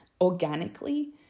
organically